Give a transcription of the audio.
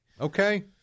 Okay